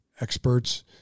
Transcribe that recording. experts